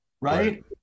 Right